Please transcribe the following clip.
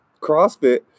CrossFit